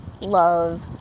love